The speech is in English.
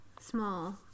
small